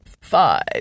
five